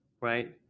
Right